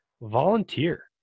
volunteer